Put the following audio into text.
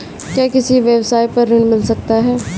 क्या किसी व्यवसाय पर ऋण मिल सकता है?